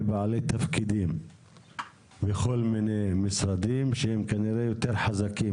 בעלי תפקידים וכל מיני משרדים שהם כנראה יותר חזקים,